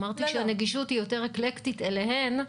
אמרתי שהנגישות היא יותר אקלקטית אליהן,